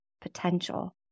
potential